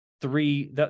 three